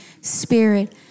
Spirit